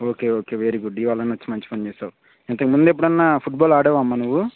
okay okay very good ఇవాళైనా వచ్చి మంచి పని చేసావు ఇంతకు ముందు ఎప్పుడైనా ఫుట్బాల్ ఆడవా అమ్మా నువ్వు